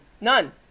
None